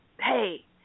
hey